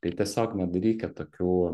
tai tiesiog nedarykit tokių